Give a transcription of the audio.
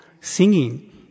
singing